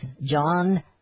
John